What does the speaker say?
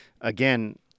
again